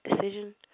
decision